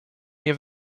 nie